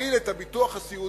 שמחיל את הביטוח הסיעודי